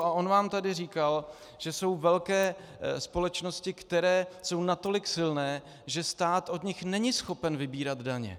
A on vám tady říkal, že jsou velké společnosti, které jsou natolik silné, že stát od nich není schopen vybírat daně.